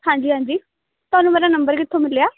ਹਾਂਜੀ ਹਾਂਜੀ ਤੁਹਾਨੂੰ ਮੇਰਾ ਨੰਬਰ ਕਿੱਥੋਂ ਮਿਲਿਆ